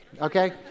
Okay